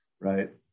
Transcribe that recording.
right